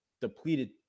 depleted